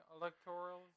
Electoral